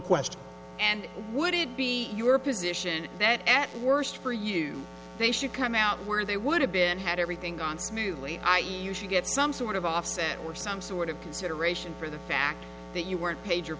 question and would it be your position that at worst for you they should come out where they would have been had everything gone smoothly i e you should get some sort of offset or some sort of consideration for the fact that you weren't paid your